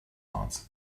answered